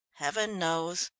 heaven knows.